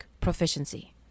proficiency